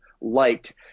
liked